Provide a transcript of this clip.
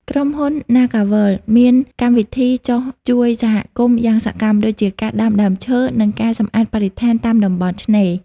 ក្រុមហ៊ុន ណាហ្គាវើលដ៍ (NagaWorld) មានកម្មវិធីចុះជួយសហគមន៍យ៉ាងសកម្ម ដូចជាការដាំដើមឈើ និងការសម្អាតបរិស្ថានតាមតំបន់ឆ្នេរ។